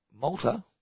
Malta